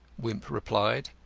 wimp replied.